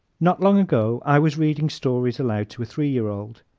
not long ago i was reading stories aloud to a three-year old.